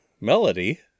melody